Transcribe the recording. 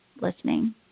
listening